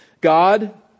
God